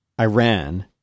Iran